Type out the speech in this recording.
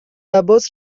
عباس